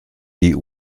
die